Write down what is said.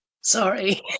sorry